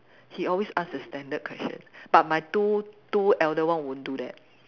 he always ask the standard question but my two two elder one won't do that